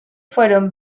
fueron